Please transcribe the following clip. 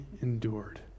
endured